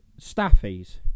staffies